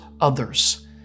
others